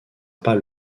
pas